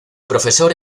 profesor